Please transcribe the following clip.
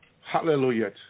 hallelujah